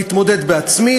להתמודד בעצמי,